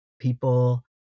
people